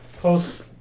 post